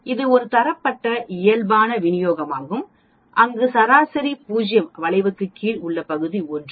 இது ஒரு தரப்படுத்தப்பட்ட இயல்பான விநியோகமாகும் அங்கு சராசரி 0 வளைவுக்கு கீழ் உள்ள பகுதி 1